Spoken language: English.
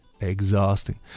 exhausting